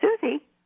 Susie